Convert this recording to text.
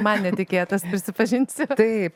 man netikėtas prisipažinsiu taip